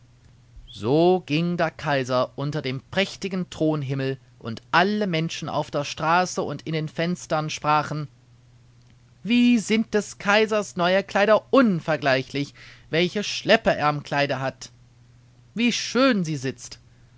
so ging der kaiser unter dem prächtigen thronhimmel und alle menschen auf der straße und in den fenstern sprachen wie sind des kaisers neue kleider unvergleichlich welche schleppe er am kleide hat wie schön sie sitzt